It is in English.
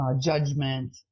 judgment